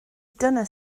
dyna